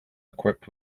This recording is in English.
equipped